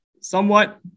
somewhat